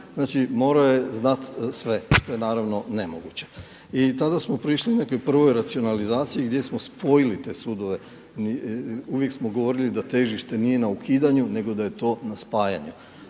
znači morao je znati sve što je naravno nemoguće. I tada smo prišli nekoj prvoj racionalizaciji gdje smo spojili te sudove, uvijek smo govorili da težište nije na ukidanju nego da je to na spajanju.